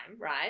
right